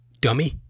dummy